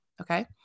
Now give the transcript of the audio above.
okay